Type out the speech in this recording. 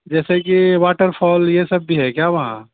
جیسے کہ waterfall یہ سب بھی ہے کیا وہاں